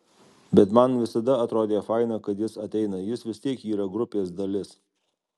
bet man visada atrodė faina kad jis ateina jis vis tiek yra grupės dalis